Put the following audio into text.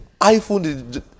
iphone